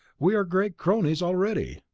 we are great cronies already.